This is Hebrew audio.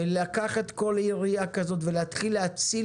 ולקחת כל עירייה כזאת ולהתחיל להציל